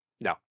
No